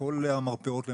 כל המרפאות למעשה,